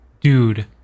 Dude